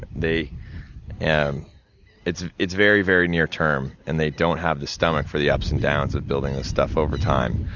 they and it's it's very, very near term, and they don't have the stomach for the ups and downs of building this stuff over time.